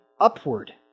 upward